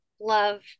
love